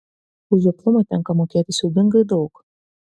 už žioplumą tenka mokėti siaubingai daug